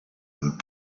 and